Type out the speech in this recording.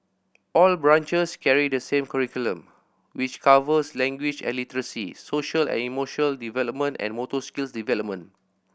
all branches carry the same curriculum which covers language and literacy social and emotional development and motor skills development